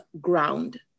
ground